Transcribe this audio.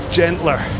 gentler